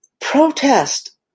protest